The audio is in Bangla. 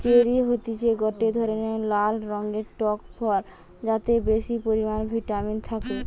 চেরি হতিছে গটে ধরণের লাল রঙের টক ফল যাতে বেশি পরিমানে ভিটামিন থাকে